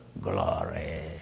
glory